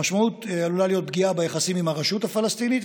המשמעות עלולה להיות פגיעה ביחסים עם הרשות הפלסטינית,